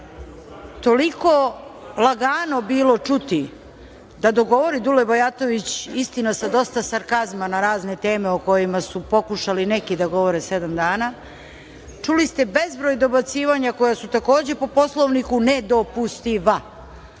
toliko lagano bilo čuti da dok govori Dule Bajatović, istina sa dosta sarkazma na razne teme o kojima su pokušali neki da govore sedam dana, čuli bezbroj dobacivanja koja su, takođe, po Poslovniku nedopustiva. Čuje